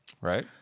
Right